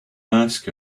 ask